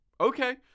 Okay